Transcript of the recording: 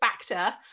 factor